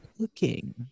cooking